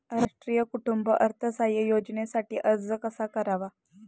राष्ट्रीय कुटुंब अर्थसहाय्य योजनेसाठी अर्ज कसा करावा?